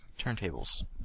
turntables